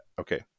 Okay